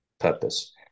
purpose